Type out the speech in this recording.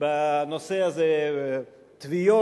בזה יצא פרופסור